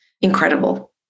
Incredible